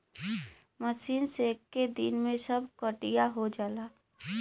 machine से एक्के दिन में सब कटिया हो जाला